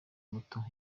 umutoza